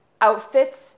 outfits